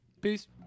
Peace